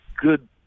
good